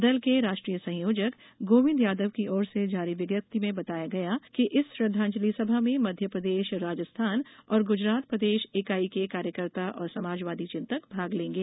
दल के राष्ट्रीय संयोजक गोविंद यादव की ओर से जारी विज्ञप्ति में बताया गया कि इस श्रद्वांजलि सभा में मध्यप्रदेश राजस्थान और गुजरात प्रदेश इकाई के कार्यकर्ता और समाजवादी चिंतक भाग लेंगे